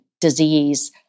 disease